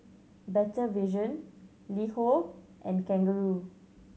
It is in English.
Better Vision LiHo and Kangaroo